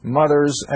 mothers